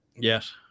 Yes